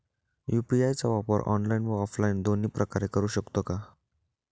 UPI चा वापर online व ऑफलाईन दोन्ही प्रकारे करु शकतो का?